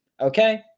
Okay